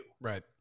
Right